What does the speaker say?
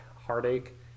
heartache